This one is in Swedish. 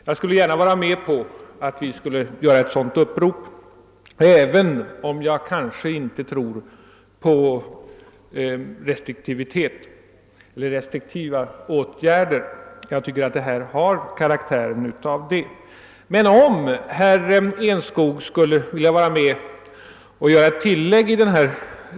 Jag skulle gärna vara med om ett sådant upprop som herr Enskog föreslog, även om jag inte tror mycket på restriktiva åtgärder — och jag tycker att detta upprop har sådan karaktär — men då skulle jag vilja att herr Enskog gör ett tillägg till detta.